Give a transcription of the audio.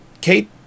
Kate